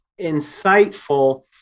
insightful